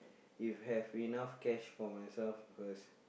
if have enough cash for myself first